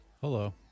hello